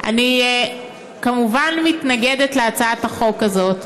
אני כמובן מתנגדת להצעת החוק הזאת.